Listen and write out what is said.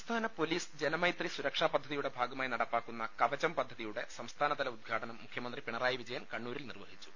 സംസ്ഥാന പോലീസ് ജന്മൈത്രി സുരക്ഷാ പദ്ധതിയുടെ ഭാഗമായി നടപ്പാക്കുന്ന കവചം പദ്ധതിയുടെ സംസ്ഥാന തല ഉദ്ഘാടനം മുഖ്യമൃന്തി പിണറായി വിജയൻ കണ്ണൂരിൽ നിർവഹിച്ചു